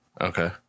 Okay